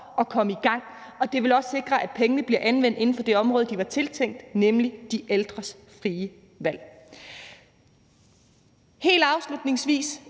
og komme i gang, og det vil også sikre, at pengene bliver anvendt inden for det område, de var tiltænkt, nemlig de ældres frie valg. Helt afslutningsvis